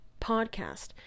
podcast